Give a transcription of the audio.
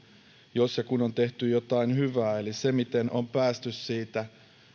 ja kun on tehty jotain hyvää eli on hyvä miten on päästy siitä